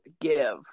give